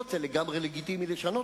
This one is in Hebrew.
כשהאופוזיציה תעלה לשלטון,